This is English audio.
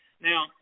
Now